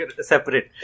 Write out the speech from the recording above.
separate